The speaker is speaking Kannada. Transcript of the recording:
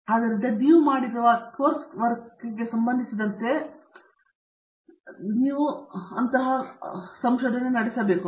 ಆದ್ದರಿಂದ ನೀವು ಮಾಡಿದ್ದ ಕೋರ್ಸ್ ಕೆಲಸಕ್ಕೆ ಸಂಬಂಧಿಸಿದಂತೆ ನಿಮ್ಮ ಆಶಯವನ್ನು ಕಡಿಮೆ ಮಾಡಲು ನೀವು ಸಂಶೋಧನೆ ನಡೆಸಬೇಕು